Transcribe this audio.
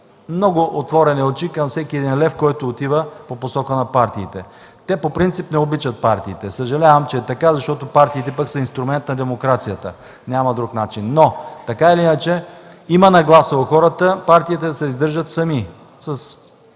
много отворени очи към всеки лев, който отива по посока на партиите. Те по принцип не обичат партиите. Съжалявам, че е така, защото партиите са инструмент на демокрацията, няма друг начин. Има обаче нагласа у хората партиите да се издържат сами